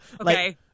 Okay